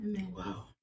Wow